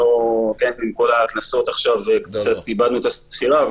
עם כל הכנסות עכשיו קצת איבדנו את הספירה,